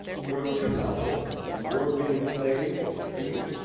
he wrote two novels, an award-winning play, betrayed,